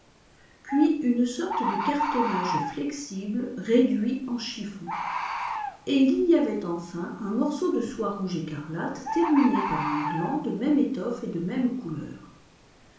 puis une sorte de cartonnage flexible réduit en chiffon et il y avait enfin un morceau de soie rouge écarlate terminé par un gland de même étoffe et de même couleur